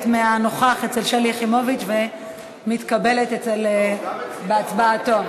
מה"נוכח" אצל שלי יחימוביץ ומתקבלת כהצבעתו.